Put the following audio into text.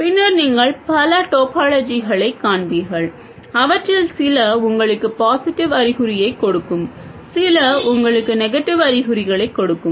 பின்னர் நீங்கள் பல டோபாலஜிகளைக் காண்பீர்கள் அவற்றில் சில உங்களுக்கு பாசிடிவ் அறிகுறியைக் கொடுக்கும் சில உங்களுக்கு நெகடிவ் அறிகுறிகளைக் கொடுக்கும்